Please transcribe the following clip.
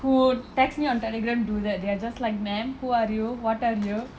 who text me on telegram do that they are just like ma'am who are you what are you